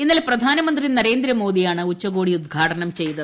ഇന്നല്ലെങ്ക പ്രധാനമന്ത്രി നരേന്ദ്ര മോദിയാണ് ഉച്ചകോടി ഉദ്ഘാടനം ചെയ്തത്